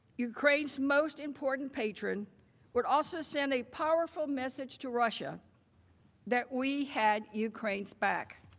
ukraine's most important patron would also send a powerful message to russia that we had ukraine's back.